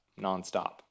nonstop